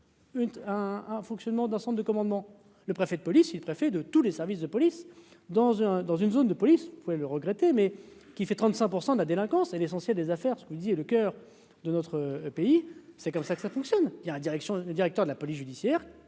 un fonctionnement d'ensemble de commandement, le préfet de police il préfet de tous les services de police dans un, dans une zone de police pouvez le regretter mais qui fait 35 % de la délinquance et l'essentiel des affaires, ce que vous disiez le coeur de notre pays, c'est comme ça que ça fonctionne, il y a la direction, directeur de la police judiciaire